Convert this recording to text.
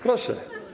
Proszę.